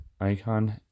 icon